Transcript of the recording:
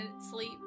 sleep